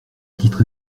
titre